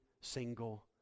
single